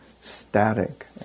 static